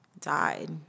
died